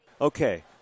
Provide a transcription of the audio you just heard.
Okay